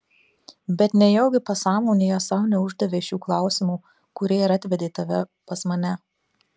bet nejaugi pasąmonėje sau neuždavei šių klausimų kurie ir atvedė tave pas mane